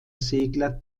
segler